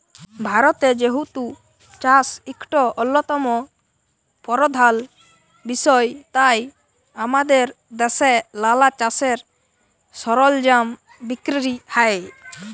ভারতে যেহেতু চাষ ইকট অল্যতম পরধাল বিষয় তাই আমাদের দ্যাশে লালা চাষের সরলজাম বিক্কিরি হ্যয়